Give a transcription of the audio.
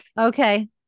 okay